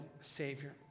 Savior